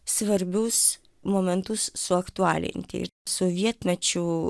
svarbius momentus suaktualinti sovietmečiu